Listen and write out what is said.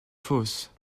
fosse